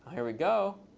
there we go.